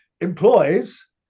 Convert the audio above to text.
employs